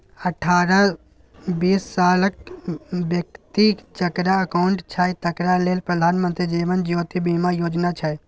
अठारहसँ बीस सालक बेकती जकरा अकाउंट छै तकरा लेल प्रधानमंत्री जीबन ज्योती बीमा योजना छै